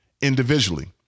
individually